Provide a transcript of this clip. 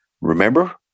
remember